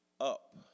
up